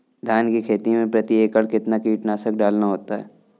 धान की खेती में प्रति एकड़ कितना कीटनाशक डालना होता है?